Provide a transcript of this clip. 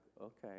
okay